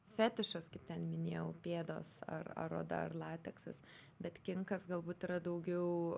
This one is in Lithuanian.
fetišas kaip ten minėjau pėdos ar ar oda ar lateksas bet kinkas galbūt yra daugiau